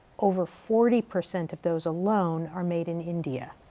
over forty percent of those alone are made in india.